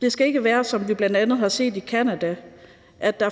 Det skal ikke være sådan, som vi bl.a. har set det i Canada, at